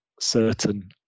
certain